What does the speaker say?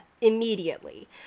immediately